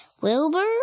Wilbur